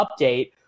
update